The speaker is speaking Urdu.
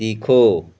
سیکھو